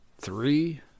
three